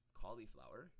cauliflower